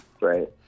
Right